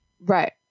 Right